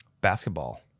Basketball